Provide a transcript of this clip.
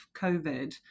COVID